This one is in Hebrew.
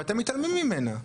ואתם מתעלמים ממנה.